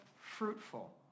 fruitful